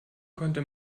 konnte